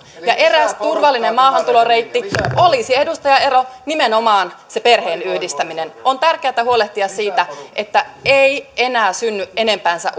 eräs turvallinen maahantuloreitti olisi edustaja elo nimenomaan se perheenyhdistäminen on tärkeätä huolehtia siitä että ei enää synny enempäänsä